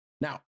Now